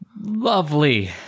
Lovely